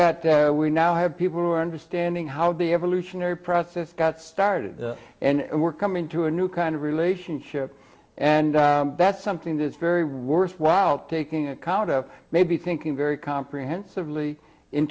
got we now have people who are understanding high it would be evolutionary process got started and we're coming to a new kind of relationship and that's something that's very worthwhile taking account of maybe thinking very comprehensively in